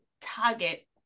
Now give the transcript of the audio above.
target